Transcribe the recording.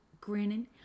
Grinning